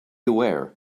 aware